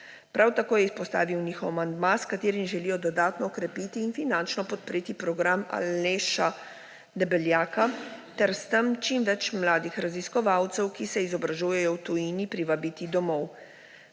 Prav tako je izpostavil njihov amandma, s katerim želijo dodatno okrepiti in finančno podpreti Program Aleša Debeljaka ter s tem čim več mladih raziskovalcev, ki se izobražujejo v tujini, privabiti domov.